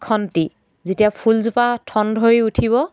খন্তি যেতিয়া ফুলজোপা ঠন ধৰি উঠিব